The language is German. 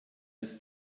als